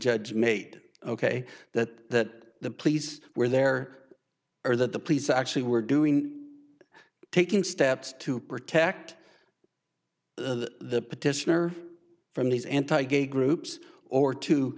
judge made ok that the police were there or that the police actually were doing taking steps to protect the petitioner from these anti gay groups or to